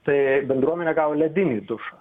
tai bendruomenė gavo ledinį dušą